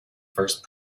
first